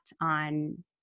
on